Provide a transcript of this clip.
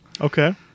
Okay